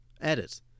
Edit